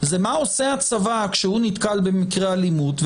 זה מה עושה הצבא כשהוא נתקל במקרה אלימות,